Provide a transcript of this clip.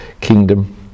kingdom